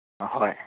ꯍꯣꯏ